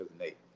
Nate